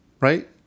Right